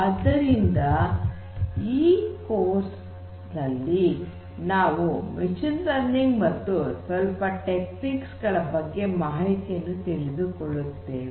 ಆದ್ದರಿಂದ ಈ ಕೋರ್ಸ್ ನಲ್ಲಿ ನಾವು ಮಷೀನ್ ಲರ್ನಿಂಗ್ ಮತ್ತು ಸ್ವಲ್ಪ ತಂತ್ರಗಳ ಬಗ್ಗೆ ಮಾಹಿತಿಯನ್ನು ತಿಳಿದುಕೊಳ್ಳುತ್ತೇವೆ